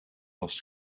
was